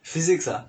physics ah